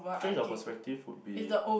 change of perspective would be